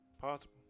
possible